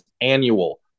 annual